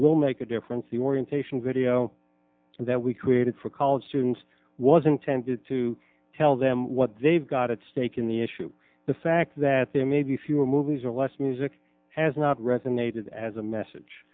will make a difference the orientation video that we created for college students was intended to tell them what they've got at stake in the issue the fact that there may be fewer movies or less music has not resonated as a message